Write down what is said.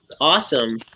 awesome